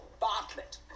Bartlett